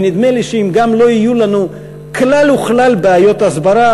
ונדמה לי שגם אם לא יהיו לנו כלל וכלל בעיות הסברה,